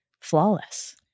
flawless